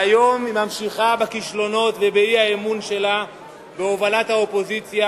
היום היא ממשיכה בכישלונות ובאי-אמון שלה בהובלת האופוזיציה